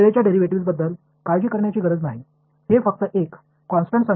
time derivatives களைப் பற்றி நான் கவலைப்பட வேண்டியதில்லை